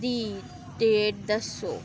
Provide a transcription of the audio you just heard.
दी डेट दस्सो